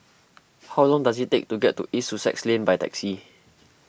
how long does it take to get to East Sussex Lane by taxi